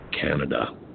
Canada